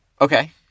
okay